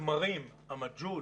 תמרים, מג'הול,